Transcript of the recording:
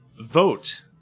Vote